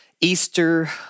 Easter